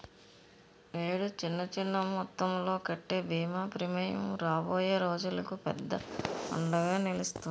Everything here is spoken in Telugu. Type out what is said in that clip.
నేడు చిన్న చిన్న మొత్తంలో కట్టే బీమా ప్రీమియం రాబోయే రోజులకు పెద్ద అండగా నిలుస్తాది